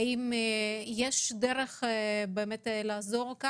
האם יש דרך לעזור.